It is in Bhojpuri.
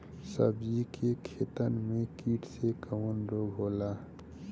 सब्जी के खेतन में कीट से कवन रोग होला?